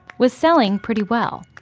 was selling pretty well.